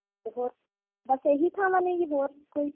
ਅਤੇ ਹੋਰ ਬਸ ਇਹੀ ਥਾਵਾਂ ਨੇ ਜੀ ਹੋਰ ਕੋਈ